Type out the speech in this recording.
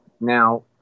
Now